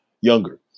younger